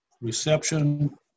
reception